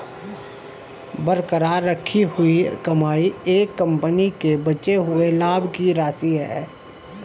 बरकरार रखी गई कमाई एक कंपनी के बचे हुए लाभ की राशि है